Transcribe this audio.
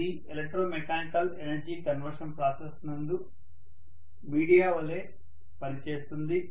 ఇది electromechanical energy conversion process నందు media వలె పనిచేస్తుంది